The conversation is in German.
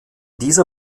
dieser